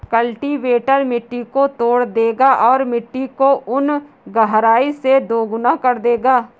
cultivator मिट्टी को तोड़ देगा और मिट्टी को उन गहराई से दोगुना कर देगा